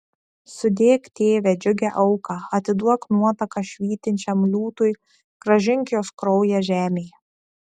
sudėk tėve džiugią auką atiduok nuotaką švytinčiam liūtui grąžink jos kraują žemei